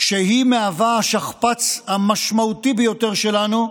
שהיא מהווה השכפ"ץ המשמעותי ביותר שלנו.